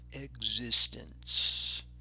existence